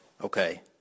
okay